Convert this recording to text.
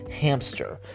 Hamster